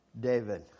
David